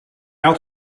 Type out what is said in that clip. had